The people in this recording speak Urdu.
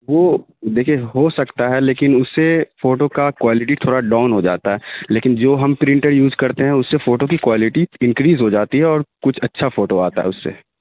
وہ دیکھیے ہو سکتا ہے لیکن اس سے فوٹو کا کوالٹی تھوڑا ڈاؤن ہو جاتا ہے لیکن جو ہم پرنٹر یوز کرتے ہیں اس سے فوٹو کی کوالٹی انکریز ہو جاتی ہے اور کچھ اچھا فوٹو آتا ہے اس سے